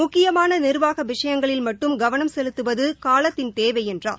முக்கியமான நிர்வாக விஷயங்களில் மட்டும் கவனம் செலுத்துவது காலத்தின் தேவை என்றார்